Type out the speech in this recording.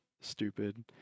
stupid